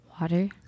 water